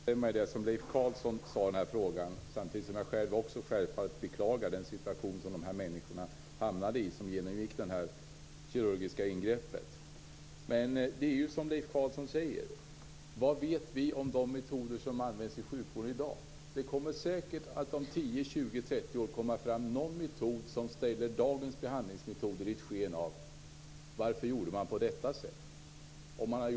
Herr talman! Jag vill börja med att instämma i det som Leif Carlson sade i denna fråga samtidigt som jag själv också självfallet beklagar den situation som dessa människor som genomgick detta kirurgiska ingrepp hamnade i. Men det är som Leif Carlson säger: Vad vet vi om de metoder som används i sjukvården i dag? Om 10, 20 eller 30 år kommer det säkert att komma fram någon metod som gör att man undrar varför man använde dagens behandlingsmetoder.